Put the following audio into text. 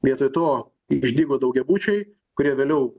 vietoj to išdygo daugiabučiai kurie vėliau